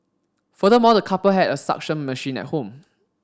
furthermore the couple had a suction machine at home